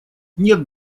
нет